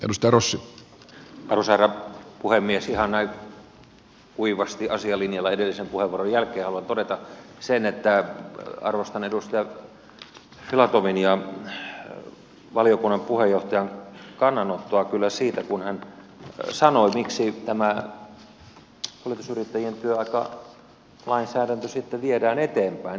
ihan näin kuivasti asialinjalla edellisen puheenvuoron jälkeen haluan todeta sen että arvostan kyllä edustaja filatovin valiokunnan puheenjohtajan kannanottoa siitä kun hän sanoi miksi tämä kuljetusyrittäjien työaikalainsäädäntö sitten viedään eteenpäin